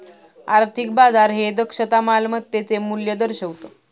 आर्थिक बाजार हे दक्षता मालमत्तेचे मूल्य दर्शवितं